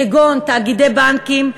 כגון תאגידי בנקים,